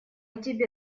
тебе